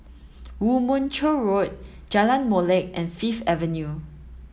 Woo Mon Chew Road Jalan Molek and Fifth Avenue